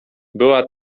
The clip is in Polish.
była